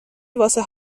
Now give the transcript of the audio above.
واسه